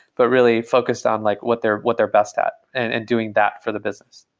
but really focused on like what their what their best at and and doing that for the business.